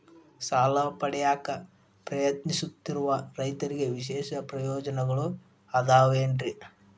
ಸಾಲ ಪಡೆಯಾಕ್ ಪ್ರಯತ್ನಿಸುತ್ತಿರುವ ರೈತರಿಗೆ ವಿಶೇಷ ಪ್ರಯೋಜನಗಳು ಅದಾವೇನ್ರಿ?